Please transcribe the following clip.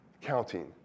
counting